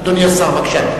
אדוני השר, בבקשה.